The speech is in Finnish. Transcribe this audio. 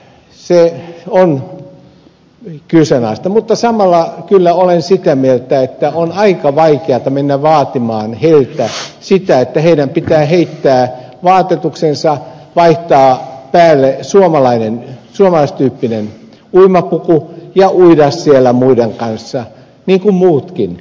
se on kyseenalaista mutta samalla kyllä olen sitä mieltä että on aika vaikeata mennä vaatimaan heiltä sitä että heidän pitää heittää vaatetuksensa vaihtaa päälle suomalaistyyppinen uimapuku ja uida siellä muiden kanssa niin kuin muutkin